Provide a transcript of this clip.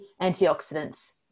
antioxidants